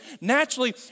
Naturally